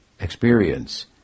experience